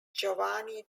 giovanni